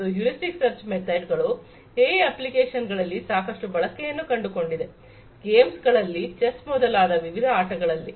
ಮತ್ತು heuristic search method ಗಳು AI application ಗಳಲ್ಲಿ ಸಾಕಷ್ಟು ಬಳಕೆಯನ್ನು ಕಂಡುಕೊಂಡಿದೆ ಗೇಮ್ಸ್ ಗಳಲ್ಲಿ ಚೆಸ್ ಮೊದಲಾದ ವಿವಿಧ ಆಟಗಳಲ್ಲಿ